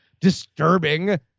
disturbing